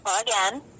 again